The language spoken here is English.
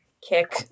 kick